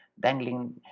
dangling